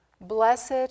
blessed